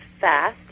fast